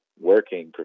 working